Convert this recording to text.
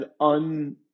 un